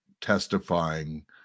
testifying